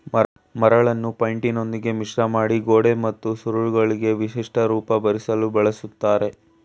ಮರಳನ್ನು ಪೈಂಟಿನೊಂದಿಗೆ ಮಿಶ್ರಮಾಡಿ ಗೋಡೆ ಮತ್ತು ಸೂರುಗಳಿಗೆ ವಿಶಿಷ್ಟ ರೂಪ ಬರ್ಸಲು ಬಳುಸ್ತರೆ